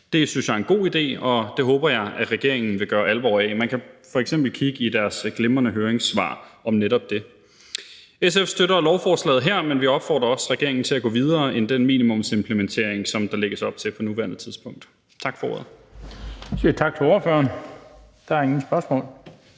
Det synes jeg er en god idé, og det håber jeg regeringen vil gøre alvor af. Man kan f.eks. kigge i deres glimrende høringssvar om netop det. SF støtter lovforslaget her, men vi opfordrer også regeringen til at gå videre end den minimumsimplementering, som der lægges op til på nuværende tidspunkt. Tak for ordet. Kl. 16:49 Den fg. formand (Bent Bøgsted):